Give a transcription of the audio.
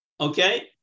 Okay